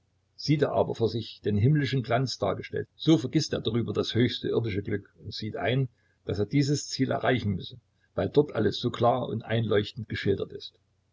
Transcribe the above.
sieht er aber vor sich den himmlischen glanz dargestellt so vergißt er hierüber das höchste irdische glück und sieht ein daß er dieses ziel erreichen müsse weil dort alles so klar und einleuchtend geschildert ist